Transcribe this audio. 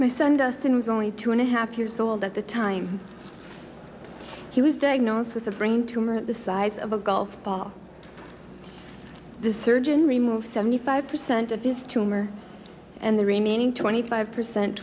my son dustin was only two and a half years old at the time he was diagnosed with a brain tumor the size of a golf ball the surgeon removed seventy five percent of his tumor and the remaining twenty five percent